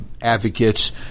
advocates